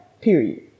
Period